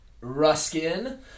Ruskin